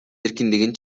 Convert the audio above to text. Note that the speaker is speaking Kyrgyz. эркиндигин